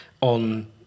on